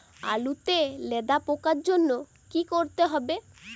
আলুতে লেদা পোকার জন্য কি করতে হবে?